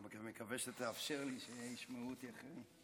אני גם מקווה שתאפשר לי שישמעו אותי אחרים.